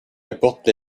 importe